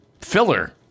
filler